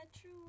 true